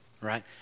right